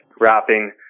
wrapping